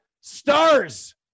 stars